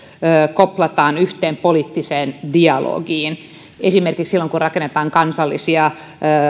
koplataan yhteen poliittiseen dialogiin esimerkiksi silloin kun rakennetaan kansallisia